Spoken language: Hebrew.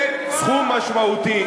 זה סכום משמעותי.